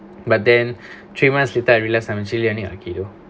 but then three months later I realised I'm actually learning akido